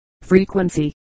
Frequency